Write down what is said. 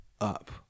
up